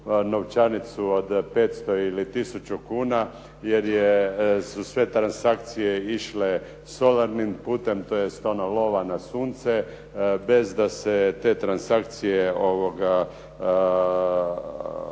novčanicu od 500 ili 1000 kuna jer su sve transakcije išle solarnim putem, tj. ono lova na sunce, bez da se te transakcije